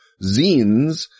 zines